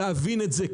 להבין את זה,